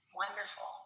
wonderful